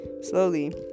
Slowly